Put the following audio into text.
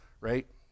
Right